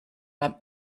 beim